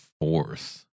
fourth